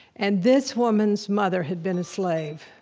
and this woman's mother had been a slave.